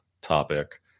topic